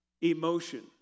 emotion